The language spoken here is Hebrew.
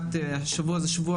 השבוע זה שבוע